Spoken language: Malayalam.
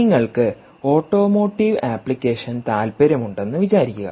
നിങ്ങൾക്ക് ഓട്ടോമോട്ടീവ് ആപ്ലിക്കേഷൻതാൽപ്പര്യമുണ്ടെന്ന് വിചാരിക്കുക